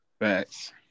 Facts